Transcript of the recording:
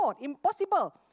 Impossible